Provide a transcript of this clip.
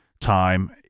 time